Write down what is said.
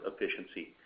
efficiency